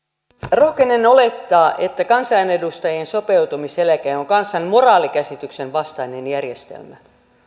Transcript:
rohkenen olettaa että kansanedustajien sopeutumiseläke on kansan moraalikäsityksen vastainen järjestelmä